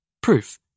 Proof